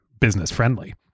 business-friendly